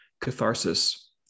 catharsis